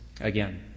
again